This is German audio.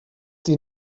die